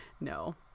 no